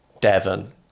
Devon